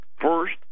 First